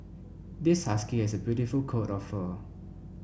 this husky has a beautiful coat of fur